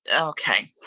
okay